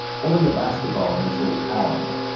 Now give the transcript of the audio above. holding a basketball in its little talons.